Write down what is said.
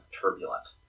turbulent